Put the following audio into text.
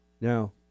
now